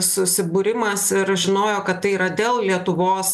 susibūrimas ir žinojo kad tai yra dėl lietuvos